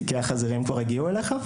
תיקי החזירים כבר הגיעו אליך?